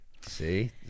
See